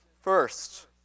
first